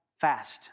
fast